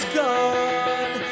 gone